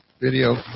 video